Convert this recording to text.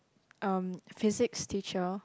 um physics teacher